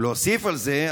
ולהוסיף על זה,